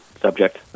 subject